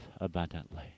abundantly